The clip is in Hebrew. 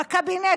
בקבינט,